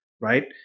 right